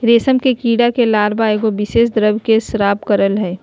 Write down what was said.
रेशम के कीड़ा के लार्वा एगो विशेष द्रव के स्त्राव करय हइ